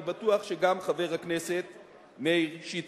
אני בטוח שגם חבר הכנסת מאיר שטרית.